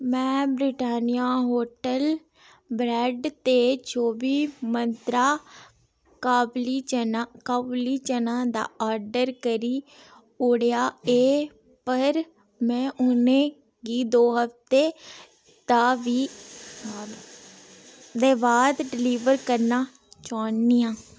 में Britannia hotel bread ते चौह्बी मंत्रा काविली चना दा आर्डर करी ओड़ेआ ऐ पर मैं उनेंगी दो हप्ते दा बी विवाद डलीवर करना चाह्न्नी आं